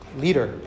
leader